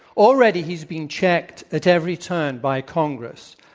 already he's been checked at every turn by congress.